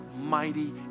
mighty